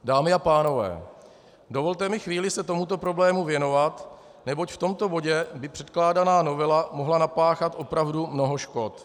Dámy a pánové, dovolte mi chvíli se tomuto problému věnovat, neboť v tomto bodě by předkládaná novela mohla napáchat opravdu mnoho škod.